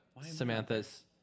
Samantha's